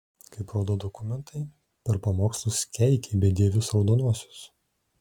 kaip rodo dokumentai per pamokslus keikei bedievius raudonuosius